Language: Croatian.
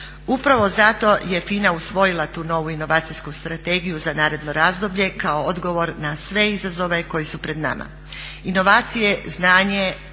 Upravo zato je FINA usvojila tu novu inovacijsku strategiju za naredno razdoblje kao odgovor na sve izazove koji su pred nama. Inovacije, znanje,